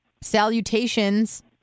salutations